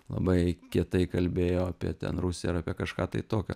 labai kietai kalbėjo apie ten rusiją ar apie kažką tai tokio